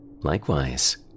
Likewise